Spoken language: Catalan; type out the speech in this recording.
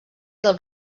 del